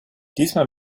diesmal